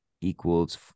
equals